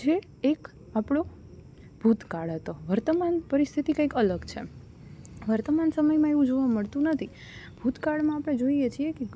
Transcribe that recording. જે એક આપણો ભૂતકાળ હતો વર્તમાન પરિસ્થિતિ કાંઇક અલગ છે વર્તમાન સમયમાં એવું જોવા મળતું નથી ભૂતકાળમાં આપણે જોઈએ છીએ કે